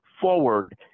forward